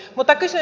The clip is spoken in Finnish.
mutta kysyn